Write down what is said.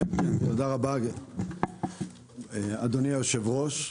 תודה רבה, אדוני היושב-ראש,